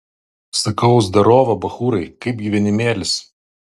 sakau zdarova bachūrai kaip gyvenimėlis